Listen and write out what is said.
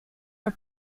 for